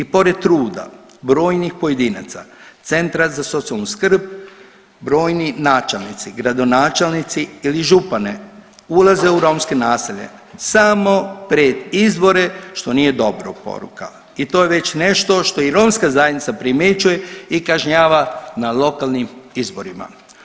I pored, i pored truda brojnih pojedinaca centra za socijalnu skrb brojni načelnici, gradonačelnici ili župani ulaze u romska naselja samo pred izbore što nije dobra poruka i to je već nešto što i romska zajednica primjećuje i kažnjava na lokalnim izborima.